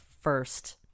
first